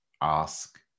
ask